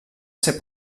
ser